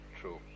true